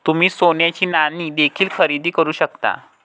तुम्ही सोन्याची नाणी देखील खरेदी करू शकता